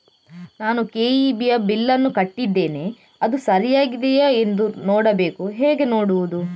ನಾನು ಕೆ.ಇ.ಬಿ ಯ ಬಿಲ್ಲನ್ನು ಕಟ್ಟಿದ್ದೇನೆ, ಅದು ಸರಿಯಾಗಿದೆಯಾ ಎಂದು ನೋಡಬೇಕು ಹೇಗೆ ನೋಡುವುದು?